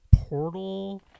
portal